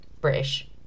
British